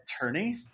attorney